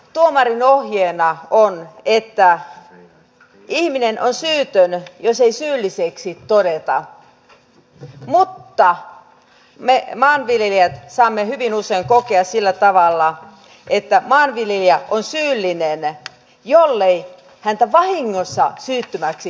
tuomioistuimessa tuomarinohjeena on että ihminen on syytön jos ei syylliseksi todeta mutta me maanviljelijät saamme hyvin usein kokea sillä tavalla että maanviljelijä on syyllinen jollei häntä vahingossa syyttömäksi todeta